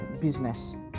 business